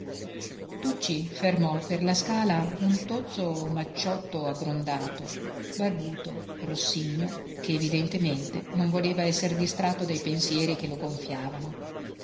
municipio tucci fermò per la scala un tozzo omacciotto aggrondato barbuto rossigno che evidentemente non voleva esser distratto dai pensieri che lo gonfiavano